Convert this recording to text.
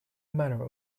manor